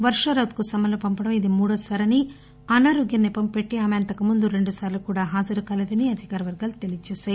వర్షా రౌత్ కు సమన్లు పంపడం ఇది మూడవసారని అనారోగ్యం సెపం పెట్టి ఆమె అంతకు ముందు రెండు సార్లు కూడా హాజరుకాలేదని అధికార వర్గాలు తెలీయజేశాయి